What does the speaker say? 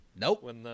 Nope